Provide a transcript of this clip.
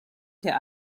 der